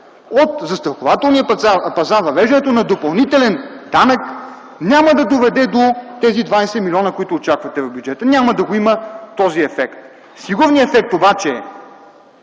Застрахователният пазар и въвеждането на допълнителен данък няма да доведе до тези 20 млн. лв., които очаквате да дойдат в бюджета. Няма да го има този ефект. Сигурният ефект обаче –